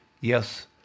yes